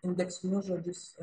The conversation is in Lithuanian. indeksinius žodžius